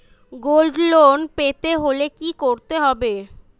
Gold loan পেতে হলে কি করতে হবে?